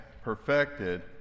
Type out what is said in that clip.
perfected